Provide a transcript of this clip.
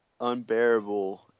unbearable